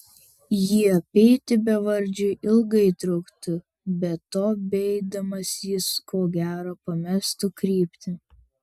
jį apeiti bevardžiui ilgai truktų be to beeidamas jis ko gero pamestų kryptį